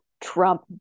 Trump